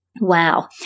Wow